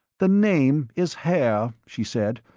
the name is haer, she said.